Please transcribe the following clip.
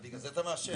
לכן אתה מעשן.